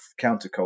counterculture